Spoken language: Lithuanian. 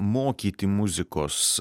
mokyti muzikos